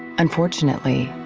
unfortunately,